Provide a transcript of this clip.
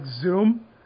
Zoom